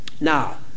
Now